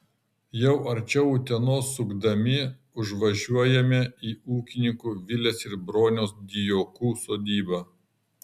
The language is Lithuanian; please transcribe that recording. jau arčiau utenos sukdami užvažiuojame į ūkininkų vilės ir broniaus dijokų sodybą